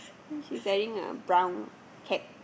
she's wearing a brown cap